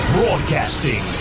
Broadcasting